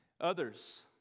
Others